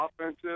offensive